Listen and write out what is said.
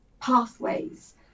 pathways